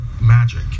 magic